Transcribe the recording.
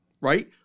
Right